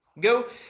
Go